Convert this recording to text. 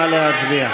נא להצביע.